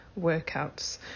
workouts